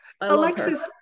Alexis